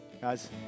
Guys